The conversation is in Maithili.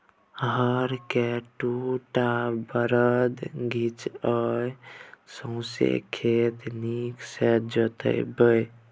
हर केँ दु टा बरद घीचय आ सौंसे खेत नीक सँ जोताबै